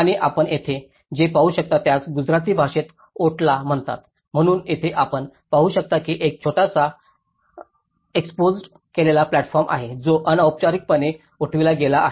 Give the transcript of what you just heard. आणि आपण येथे जे पाहू शकता त्यास गुजराती भाषेत ओटला म्हणतात म्हणून येथे आपण पाहू शकता की एक छोटासा एक्सपोज्ड केलेला प्लॅटफॉर्म आहे जो अनौपचारिकपणे उठविला गेला आहे